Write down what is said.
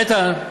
איתן?